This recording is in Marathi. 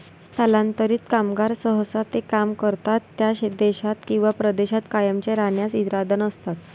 स्थलांतरित कामगार सहसा ते काम करतात त्या देशात किंवा प्रदेशात कायमचे राहण्याचा इरादा नसतात